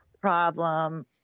problem